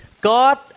God